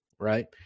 right